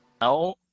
No